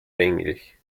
länglich